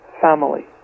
family